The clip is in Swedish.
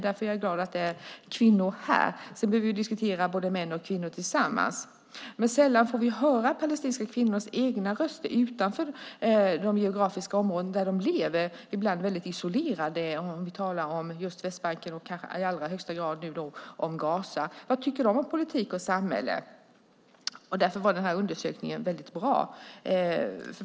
Därför är jag glad att det är kvinnor som deltar i denna debatt. Sedan behöver både män och kvinnor diskutera tillsammans. Sällan får vi utanför de geografiska områden där de palestinska kvinnorna lever höra deras egna röster. Ibland lever de väldigt isolerade; det gäller Västbanken och kanske i ännu högre grad Gaza. Vad tycker de om politik och samhälle? Därför var det mycket bra att undersökningen gjordes.